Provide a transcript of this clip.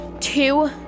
two